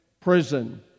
prison